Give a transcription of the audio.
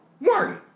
Worry